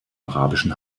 arabischen